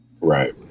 Right